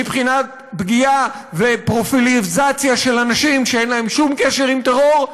מבחינת פגיעה ופרופיליזציה של אנשים שאין להם שום קשר עם טרור,